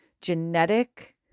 genetic